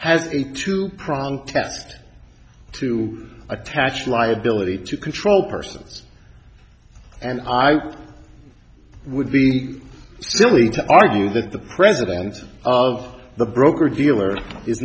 test to attach liability to control persons and i would be silly to argue that the president of the broker dealer i